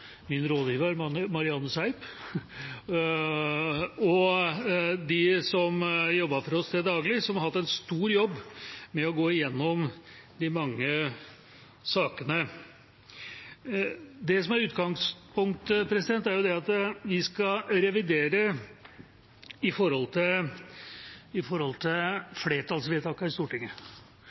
min rådgiver, Marianne Seip, og dem som jobber for oss til daglig, som har hatt en stor jobb med å gå igjennom de mange sakene. Det som er utgangspunktet, er at vi skal revidere i forhold til flertallsvedtakene i Stortinget.